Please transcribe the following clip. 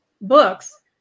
books